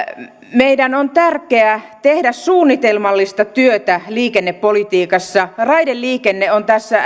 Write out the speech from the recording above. meidän on tärkeää tehdä suunnitelmallista työtä liikennepolitiikassa raideliikenne on tässä